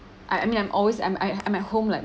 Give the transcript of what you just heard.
I I mean I'm always I'm at I'm at home like